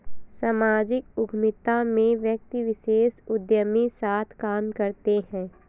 सामाजिक उद्यमिता में व्यक्ति विशेष उदयमी साथ काम करते हैं